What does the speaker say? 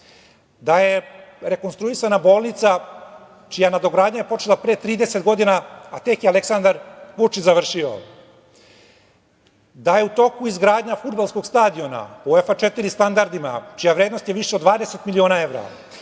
Rekonstruisana je bolnica čija nadogradnja je počela pre 30 godina, a tek je Aleksandar Vučić završio.U toku je izgradnja fudbalskog stadiona po UEFA4 standardima, čija vrednost je više od 20 miliona evra.